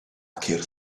ceir